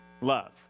love